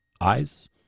Eyes